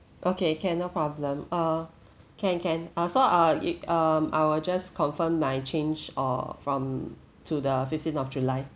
okay can no problem uh can can uh so err it um I will just confirm my change uh from to the fifteen of july